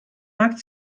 markt